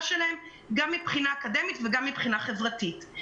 שלהם מבחינה אקדמית ומבחינה חברתית.